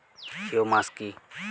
Humus কি?